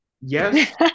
yes